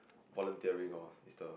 volunteering orh is the